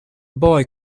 boy